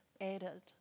added